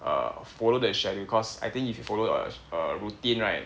err follow the schedule cause I think if you follow a a routine right